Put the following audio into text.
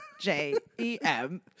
J-E-M